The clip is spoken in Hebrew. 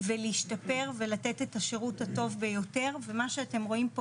ולהשתפר ולתת את השירות הטוב ביותר ומה שאתם רואים פה